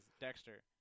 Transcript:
Dexter